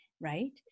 right